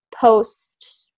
post –